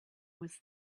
was